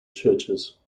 churches